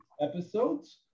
episodes